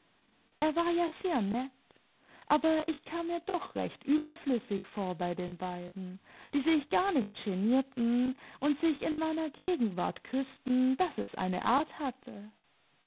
er war ja sehr nett aber ich kam mir doch recht überflüssig ver bei den beiden die sich gar nicht genierten und sich in meiner gegenwart küßten daß es eine art hatte